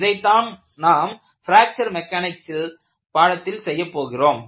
இதைத்தான் நாம் fracture mechanics பாடத்தில் செய்யப்போகிறோம்